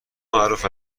معروف